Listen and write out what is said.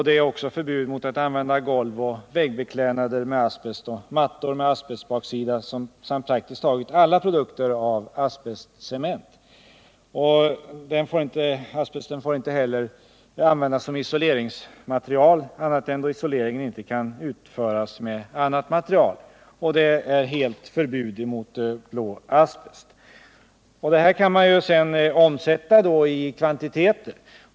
Det är också förbud mot att använda golvoch väggbeklädnader med asbest, mattor med asbestbaksida samt praktiskt taget alla produkter med asbestcement. Asbest får inte heller användas som isoleringsmaterial annat än då isolering inte kan utföras med annat material. Vidare råder totalförbud mot användning av blå asbest. Man kan här göra en omsättning till kvantiteter.